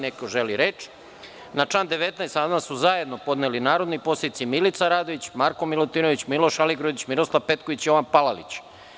Da li neko želi reč? (Ne) Na član 19. amandman su zajedno podneli narodni poslanici Milica Radović, Marko Milutinović, Miloš Aligrudić, Miroslav Petković i Jovan Palalić.